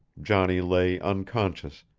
johnny lay unconscious,